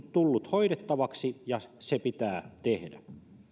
tullut hoidettavaksi ja se pitää tehdä